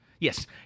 Yes